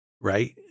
right